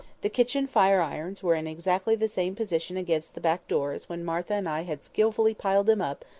the kitchen fire-irons were in exactly the same position against the back door as when martha and i had skilfully piled them up,